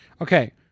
Okay